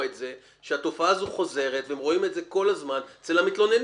את זה שהתופעה הזו חוזרת והם רואים את זה כל הזמן אצל המתלוננים.